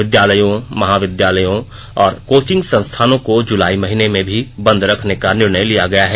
विद्यालयों महाविद्यालयों और कोचिंग संस्थानों को जुलाई महीने में भी बंद रखने का निर्णय लिया गया है